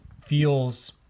feels